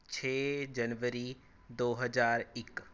ਛੇ ਜਨਵਰੀ ਦੋ ਹਜ਼ਾਰ ਇੱਕ